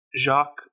Jacques